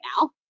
now